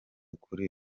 kuri